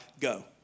Go